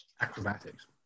Acrobatics